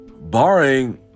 Barring